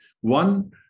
One